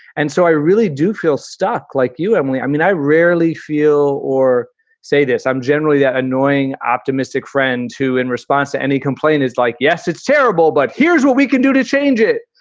and so i really do feel stuck like you. and we. i mean, i rarely rarely feel or say this. i'm generally that annoying, optimistic friend to in response to any complaint is like, yes, it's terrible, but here's what we can do to change it.